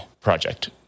project